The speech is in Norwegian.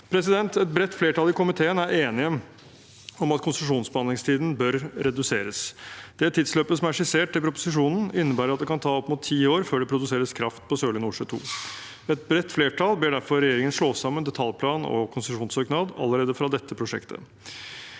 prosjektet. Et bredt flertall i komiteen er enige om at konsesjonsbehandlingstiden bør reduseres. Det tidsløpet som er skissert i proposisjonen, innebærer at det kan ta opp mot ti år før det produseres kraft på Sørlige Nordsjø II. Et bredt flertall ber derfor regjeringen slå sammen detaljplan og konsesjonssøknad allerede fra dette prosjektet.